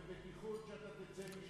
לך יש ביטחון ובטיחות שאתה תצא משם.